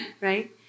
right